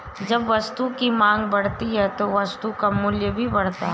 जब वस्तु की मांग बढ़ती है तो वस्तु का मूल्य भी बढ़ता है